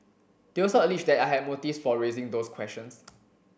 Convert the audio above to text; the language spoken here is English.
they also alleged that I had motives for raising those questions